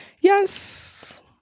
yes